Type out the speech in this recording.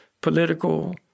political